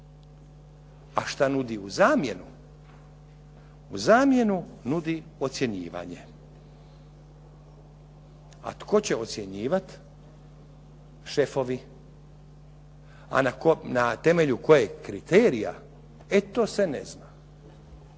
A šta nudi u zamjenu? U zamjenu nudi ocjenjivanje. A tko će ocjenjivati? Šefovi. A na temelju kojeg kriterija, e to se ne zna.